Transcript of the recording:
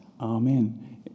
Amen